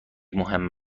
مهم